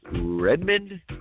Redmond